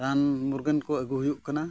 ᱨᱟᱱ ᱢᱩᱨᱜᱟᱹᱱ ᱠᱚ ᱟᱹᱜᱩ ᱦᱩᱭᱩᱜ ᱠᱟᱱᱟ